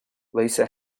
lisa